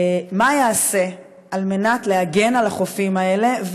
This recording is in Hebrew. מה ייעשה כדי להגן על החופים האלה,